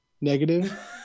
negative